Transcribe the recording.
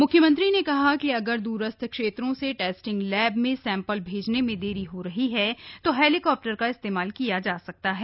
मुख्यमंत्री कहा कि अगर दूरस्थ क्षेत्रों से टेस्टिंग लैब में सैंपल भेजने में देरी हो रही है तो हेलीकॉप्टर का इस्तेमाल किया जा सकता है